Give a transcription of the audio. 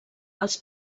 els